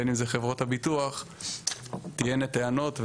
בין אם זה חברות הביטוח תהיינה טענות.